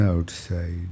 Outside